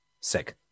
Sick